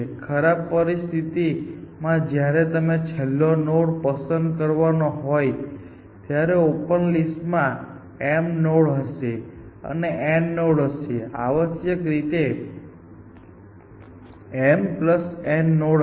ખરાબ પરિસ્થિતિમાં જ્યારે તમે છેલ્લો નોડ પસંદ કરવાના હો ત્યારે ઓપન લિસ્ટ માં m નોડ્સ હશે અને n નોડ્સ ત્યાં હશેઆવશ્યક રીતે m n નોડ્સ હશે